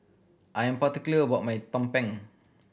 I'm particular what my tumpeng